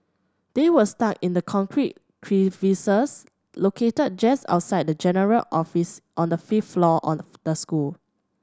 they were stuck in the concrete crevices located just outside the general office on the fifth floor of the school